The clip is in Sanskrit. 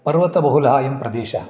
पर्वतबहुलः अयं प्रदेशः